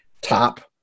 top